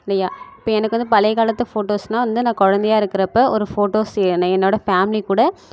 இல்லையா இப்போ எனக்கு வந்து பழைய காலத்து ஃபோட்டோஸ்னா வந்து நான் குழந்தையா இருக்கிறப்ப ஒரு ஃபோட்டோஸ் என்ன என்னோட ஃபேமிலி கூட